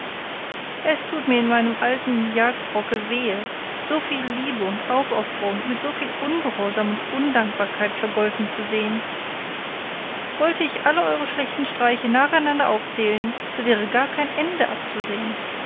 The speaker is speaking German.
es tut mir in meinem alten jagdrocke wehe so viel liebe und aufopferung mit so viel ungehorsam und undankbarkeit vergolten zu sehen wollte ich alle eure schlechten streiche nacheinander aufzählen so wäre gar kein ende abzusehen